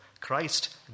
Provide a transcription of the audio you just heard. Christ